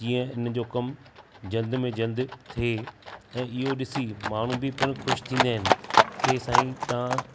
जीअं हिन जो कमु जल्दु में जल्दु थिए ऐं इहो डि॒सी माण्हू बि पिण खु़शि थींदा आहिनि के साईं तव्हां